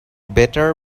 better